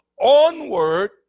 onward